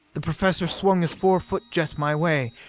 the professor swung his four-foot jet my way.